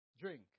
drink